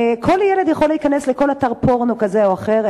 כל ילד יכול להיכנס לכל אתר פורנו כזה או אחר,